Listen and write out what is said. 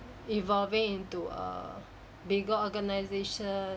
evolving into a bigger organisations